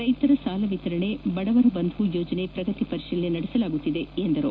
ರೈತರ ಸಾಲ ವಿತರಣೆ ಬಡವರ ಬಂಧು ಯೋಜನೆ ಪ್ರಗತಿ ಪರಿಶೀಲನೆ ನಡೆಸಲಾಗುತ್ತಿದೆ ಎಂದರು